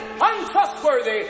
untrustworthy